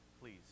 please